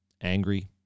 angry